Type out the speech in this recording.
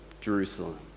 Jerusalem